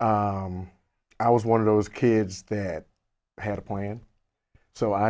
i was one of those kids that had a point so i